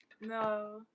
No